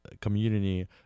community